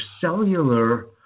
cellular